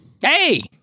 Hey